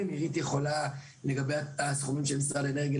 עירית יכולה לפרט יותר טוב ממני לגבי הסכומים של משרד האנרגיה.